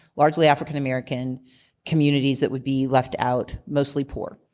largely african american communities that would be left out, mostly poor.